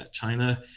china